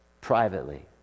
privately